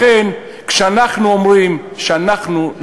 לכן כשאנחנו אומרים שאנחנו,